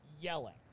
yelling